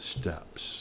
steps